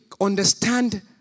understand